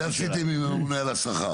את זה עשיתי עם הממונה על השכר.